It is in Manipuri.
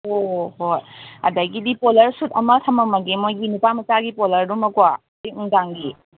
ꯑꯣ ꯍꯣꯏ ꯑꯗꯒꯤꯗꯤ ꯄꯣꯂꯔ ꯁꯨꯠ ꯑꯃ ꯊꯝꯃꯝꯃꯒꯦ ꯃꯣꯏꯒꯤ ꯅꯨꯄꯥ ꯃꯆꯥꯒꯤ ꯄꯣꯂꯔꯗꯨꯃꯀꯣ ꯑꯌꯨꯛ ꯅꯨꯡꯗꯥꯡꯒꯤ